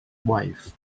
wife